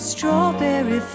Strawberry